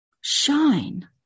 shine